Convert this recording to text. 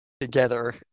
together